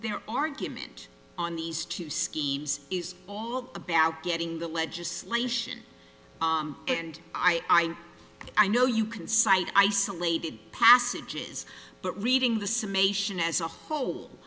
their argument on these two schemes is all about getting the legislation and i i know you can cite isolated passages but reading the